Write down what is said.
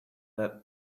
that